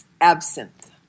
absinthe